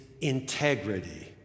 integrity